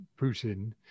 Putin